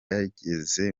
yageze